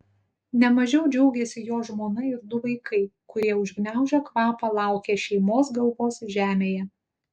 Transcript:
ne mažiau džiaugėsi jo žmona ir du vaikai kurie užgniaužę kvapą laukė šeimos galvos žemėje